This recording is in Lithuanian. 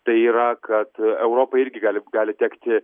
tai yra kad europai irgi gali gali tekti